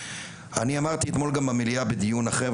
אמרתי אתמול במליאה בדיון אחר,